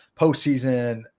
postseason